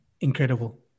Incredible